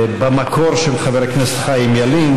במקור של חבר הכנסת חיים ילין,